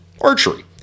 archery